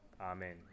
Amen